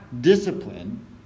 discipline